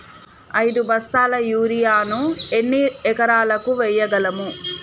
ఐదు బస్తాల యూరియా ను ఎన్ని ఎకరాలకు వేయగలము?